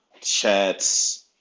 Chats